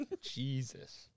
Jesus